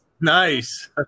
Nice